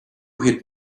hit